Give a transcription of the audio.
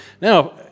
now